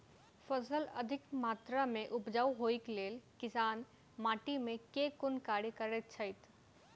फसल अधिक मात्रा मे उपजाउ होइक लेल किसान माटि मे केँ कुन कार्य करैत छैथ?